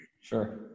Sure